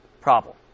problem